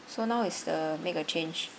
so now is the make a change